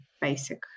basic